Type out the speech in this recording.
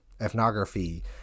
ethnography